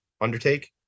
undertake